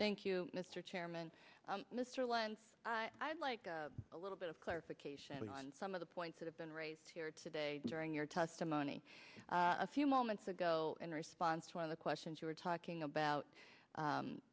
thank you mr chairman mr lyons i'd like a little bit of clarification on some of the points that have been raised here today during your testimony a few moments ago in response to one of the questions you were talking about